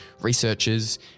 researchers